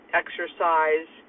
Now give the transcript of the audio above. exercise